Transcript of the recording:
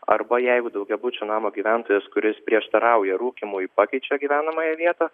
arba jeigu daugiabučio namo gyventojas kuris prieštarauja rūkymui pakeičia gyvenamąją vietą